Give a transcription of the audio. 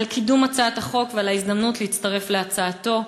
קידום הצעת החוק ועל ההזדמנות להצטרף להצעתו.